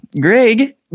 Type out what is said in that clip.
Greg